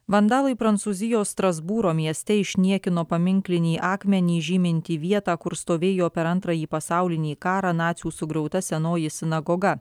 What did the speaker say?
vandalai prancūzijos strasbūro mieste išniekino paminklinį akmenį žymintį vietą kur stovėjo per antrąjį pasaulinį karą nacių sugriauta senoji sinagoga